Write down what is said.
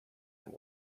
and